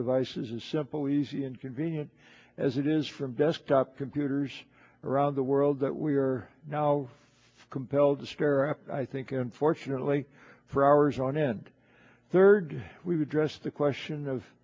devices as simple easy and convenient as it is from desktop computers around the world that we are now compelled to stare at i think unfortunately for hours on end third we would dress the question of